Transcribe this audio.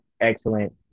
excellent